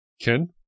ken